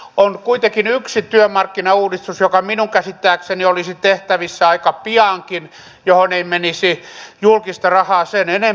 on kuitenkin yksi työmarkkinauudistus joka minun käsittääkseni olisi tehtävissä aika piankin johon ei menisi julkista rahaa sen enempää